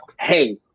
hey